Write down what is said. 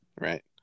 Right